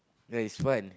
there is friend